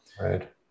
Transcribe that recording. Right